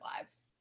lives